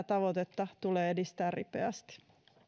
tavoitetta tulee edistää ripeästi